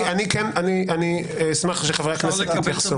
אני אשמח שחברי הכנסת יתייחסו.